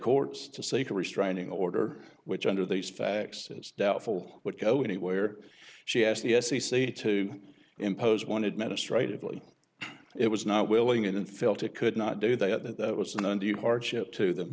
courts to save a restraining order which under these facts it's doubtful would go anywhere she has the s e c to impose one administrative leave it was not willing and felt it could not do that that was an undue hardship to them